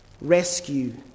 rescue